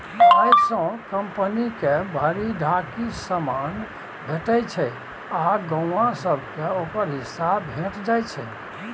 अय सँ कंपनियो के भरि ढाकी समान भेटइ छै आ गौंआ सब केँ ओकर हिस्सा भेंट जाइ छै